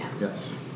Yes